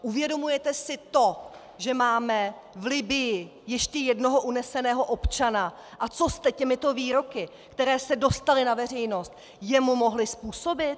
Uvědomujete si to, že máme v Libyi ještě jednoho uneseného občana, a co jste těmito výroky, které se dostaly na veřejnost, jemu mohli způsobit?